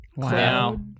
Wow